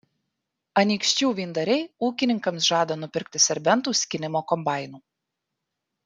anykščių vyndariai ūkininkams žada nupirkti serbentų skynimo kombainų